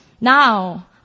Now